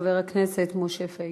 חבר הכנסת משה פייגלין.